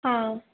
हां